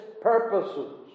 purposes